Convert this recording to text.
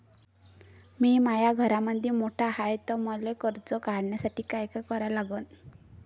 मी माया घरामंदी मोठा हाय त मले कर्ज काढासाठी काय करा लागन?